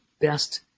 best